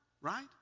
right